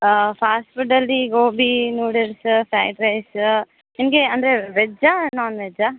ಹಾಂ ಫಾಸ್ಟ್ ಫುಡ್ಡಲ್ಲಿ gobi noodles fried rice ನಿಮಗೆ ಅಂದರೆ ವೆಜ್ಜಾ ನಾನ್ ವೆಜ್ಜಾ